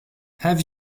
have